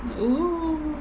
oo